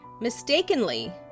mistakenly